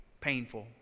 painful